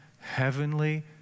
heavenly